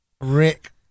Rick